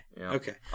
Okay